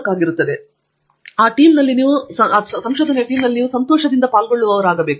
ಆದ್ದರಿಂದ ಇದು ಯಾವಾಗಲೂ ಟೀಮ್ ವರ್ಕ್ ಆಗಿರುತ್ತದೆ ಮತ್ತು ನೀವು ಅದರಲ್ಲಿ ಸಂತೋಷದ ಮತ್ತು ಸಂತೋಷದ ಪಾಲ್ಗೊಳ್ಳುವವರಾಗಿರಬೇಕು